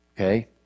okay